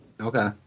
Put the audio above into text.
Okay